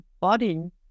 body